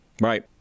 right